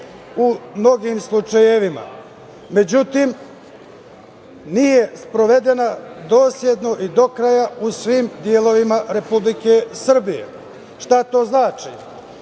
u mnogim slučajevima. Međutim, nije sprovedena dosledno i do kraja u svim delovima Republike Srbije. Šta to znači?